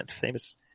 famous